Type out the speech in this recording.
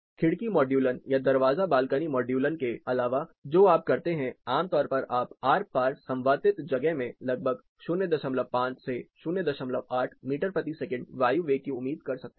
खिड़की मॉडुलन या दरवाजा बालकनी मॉडुलन के अलावा जो आप करते हैं आमतौर पर आप आर पार संवातित जगह में लगभग 05 से 08 मीटर प्रति सेकंड वायु वेग की उम्मीद कर सकते हैं